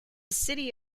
city